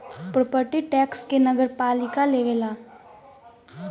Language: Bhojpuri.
प्रोपर्टी टैक्स के नगरपालिका लेवेला